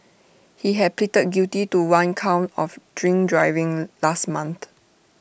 he had pleaded guilty to one count of drink driving last month